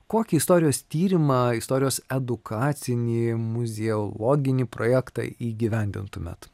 kokį istorijos tyrimą istorijos edukacinį muzieologinį projektą įgyvendintumėt